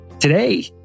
Today